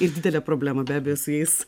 ir didelė problema be abejo su jais